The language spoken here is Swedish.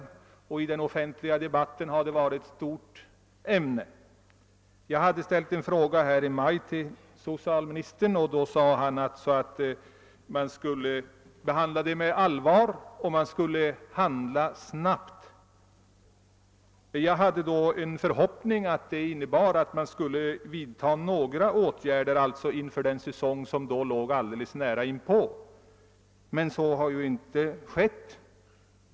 Den har också varit ett stort diskussionsämne i den offentliga debatten. Jag ställde i maj en fråga till socialministern, och denne svarade då att man skulle behandla spörsmålet med allvar och att man skulle ingripa snabbt. Jag hade då den förhoppningen att svaret innebar att åtgärder skulle vidtagas inför den säsong som var nära förestående. Så har emellertid inte skelt.